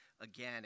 again